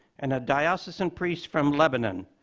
and a diocesan priest from lebanon,